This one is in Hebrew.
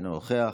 אינו נוכח,